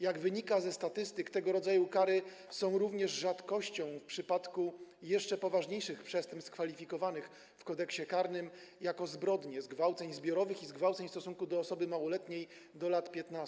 Jak wynika ze statystyk, tego rodzaju kary są również rzadkością w przypadku jeszcze poważniejszych przestępstw kwalifikowanych w Kodeksie karnym jako zbrodnie zgwałceń zbiorowych i zgwałceń w stosunku do osoby małoletniej w wieku do lat 15.